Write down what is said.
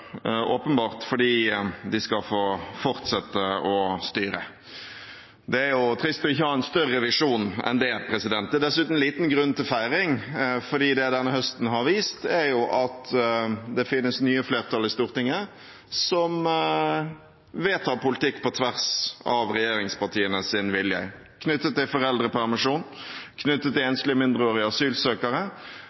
åpenbart fordi de skal få fortsette å styre. Det er trist ikke å ha en større visjon enn det. Det er dessuten liten grunn til feiring, for det denne høsten har vist, er at det finnes nye flertall i Stortinget, som vedtar politikk på tvers av regjeringspartienes vilje, knyttet til foreldrepermisjon, knyttet til enslige mindreårige asylsøkere.